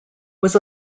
was